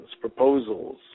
proposals